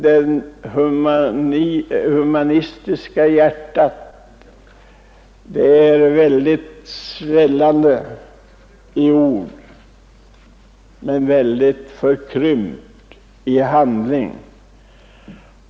Den humanistiska känslan är väldigt svällande i ord men mycket förkrympt i handling.